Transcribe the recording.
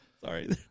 Sorry